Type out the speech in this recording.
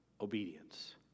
obedience